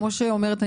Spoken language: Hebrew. כמו שאומרת,